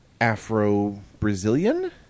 Afro-Brazilian